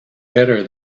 better